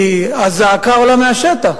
כי הזעקה עולה מהשטח.